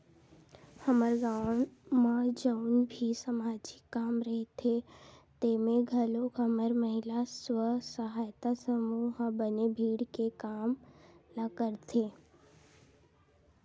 हमर गाँव म जउन भी समाजिक काम रहिथे तेमे घलोक हमर महिला स्व सहायता समूह ह बने भीड़ के काम ल करथे